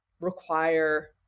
require